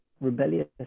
rebellious